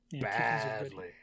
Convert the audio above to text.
badly